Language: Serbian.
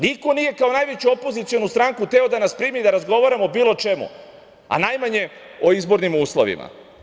Niko nije kao najveću opozicionu stranku hteo da nas primi, da razgovaramo o bilo čemu, a najmanje o izbornim uslovima.